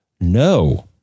no